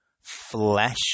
flesh